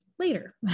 later